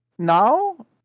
Now